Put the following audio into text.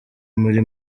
muri